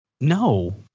no